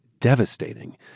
devastating